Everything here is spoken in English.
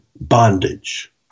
bondage